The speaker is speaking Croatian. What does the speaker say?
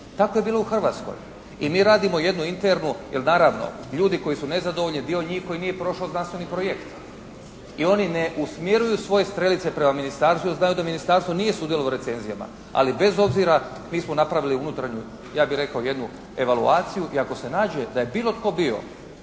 Tako je bilo u Hrvatskoj i mi radimo jednu internu, jer naravno ljudi koji su nezadovoljni je dio njih koji nije prošao znanstveni projekt i oni ne usmjeruju svoje strelice prema ministarstvu jer znaju da ministarstvo nije sudjelovalo u recenzijama, ali bez obzira mi smo napravili unutarnju ja bih rekao jednu evaloaciju i ako se nađe da je bilo tko bio,